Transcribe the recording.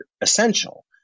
essential